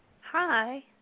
Hi